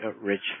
Rich